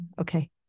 Okay